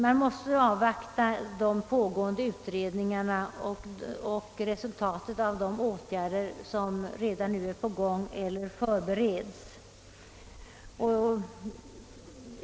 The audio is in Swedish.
Vi måste avvakta de pågående utredningarna och resultatet av de åtgärder som redan har vidtagits och de åtgärder som förbereds.